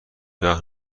وقت